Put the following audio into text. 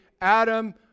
Adam